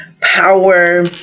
power